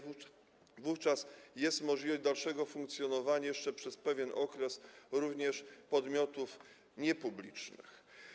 Wówczas jest możliwość dalszego funkcjonowania jeszcze przez pewien okres również podmiotów niepublicznych.